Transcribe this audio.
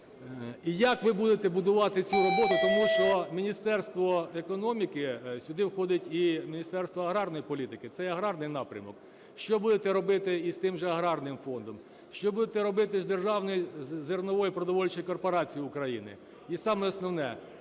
І як ви будете будувати цю роботу, тому що Міністерство економіки, сюди входить і Міністерство аграрної політики, це й аграрний напрямок, що будете робити із тим же аграрним фондом, що будете робити з державною зерновою продовольчою корпорацією України? І саме основне: